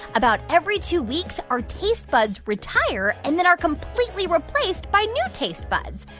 about every two weeks, our taste buds retire and then are completely replaced by new taste buds.